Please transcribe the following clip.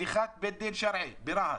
פתיחת בית דין שרעי ברהט.